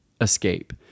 escape